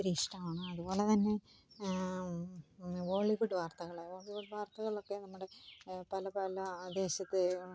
ഒത്തിരി ഇഷ്ടമാണ് അതുപോലെതന്നെ ബോളിവുഡ് വാർത്തകൾ ബോളിവുഡ് വാർത്തകളൊക്കെ നമ്മുടെ പല പല ദേശത്തെയും